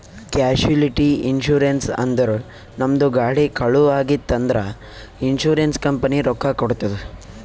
casualty insurance ಅಂದುರ್ ನಮ್ದು ಗಾಡಿ ಕಳು ಆಗಿತ್ತ್ ಅಂದ್ರ ಇನ್ಸೂರೆನ್ಸ್ ಕಂಪನಿ ರೊಕ್ಕಾ ಕೊಡ್ತುದ್